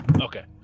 Okay